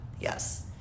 Yes